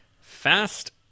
Fast